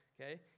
okay